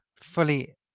fully